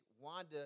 Wanda